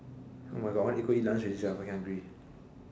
oh my god I want to eat go eat lunch already sia fucking hungry